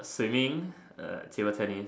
swimming uh table tennis